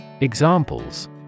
Examples